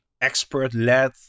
expert-led